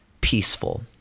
peaceful